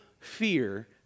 fear